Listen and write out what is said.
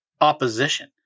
opposition